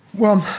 well,